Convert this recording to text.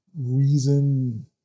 reason